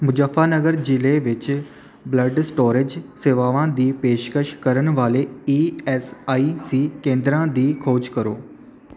ਮੁਜ਼ੱਫਰਨਗਰ ਜ਼ਿਲ੍ਹੇ ਵਿੱਚ blood storage ਸੇਵਾਵਾਂ ਦੀ ਪੇਸ਼ਕਸ਼ ਕਰਨ ਵਾਲੇ ਈ ਐੱਸ ਆਈ ਸੀ ਕੇਂਦਰਾਂ ਦੀ ਖੋਜ ਕਰੋ